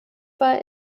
war